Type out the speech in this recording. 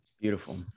Beautiful